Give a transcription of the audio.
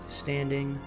standing